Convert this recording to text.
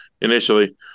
initially